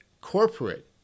corporate